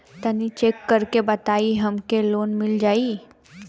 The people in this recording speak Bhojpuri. तनि चेक कर के बताई हम के लोन मिल जाई?